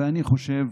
ואני חושב